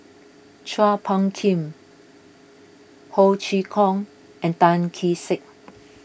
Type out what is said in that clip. Chua Phung Kim Ho Chee Kong and Tan Kee Sek